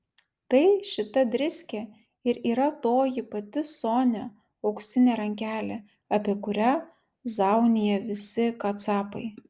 tai šita driskė ir yra toji pati sonia auksinė rankelė apie kurią zaunija visi kacapai